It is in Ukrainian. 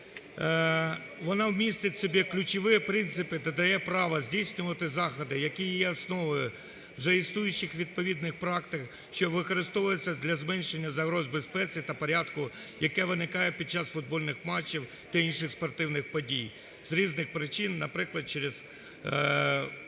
вона містить в собі ключові принципі та дає право здійснювати заходи, які є основою вже існуючих відповідних практик, що використовуються для зменшення загроз безпеці та порядку, яке виникає під час футбольних матчів та інших спортивних подій з різних причин, наприклад, через природні